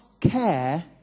care